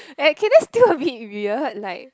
eh can you still a bit weird like